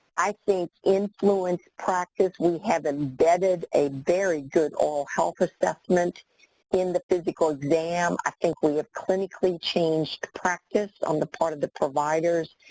i think, influence practice. we have embedded a very good oral health assessment in the physical exam. i think we have clinically changed practice on the part of the providers.